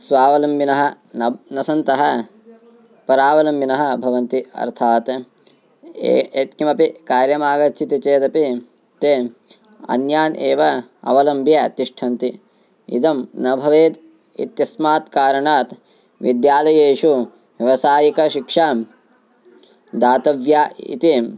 स्वावलम्बिनः न ब् न सन्तः परावलम्बिनः भवन्ति अर्थात् ये यत्किमपि कार्यमागच्छति चेदपि ते अन्यान् एव अवलम्ब्य तिष्ठन्ति इदं न भवेत् इत्यस्मात् कारणात् विद्यालयेषु व्यवसायिकशिक्षां दातव्या इति